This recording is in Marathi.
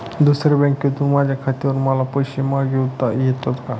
दुसऱ्या बँकेतून माझ्या खात्यावर मला पैसे मागविता येतात का?